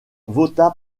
vota